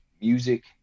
music